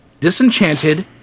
Disenchanted